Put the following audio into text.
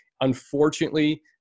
unfortunately